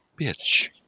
bitch